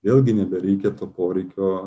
vėlgi nebereikia to poreikio